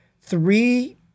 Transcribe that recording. three